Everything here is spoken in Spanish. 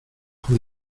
por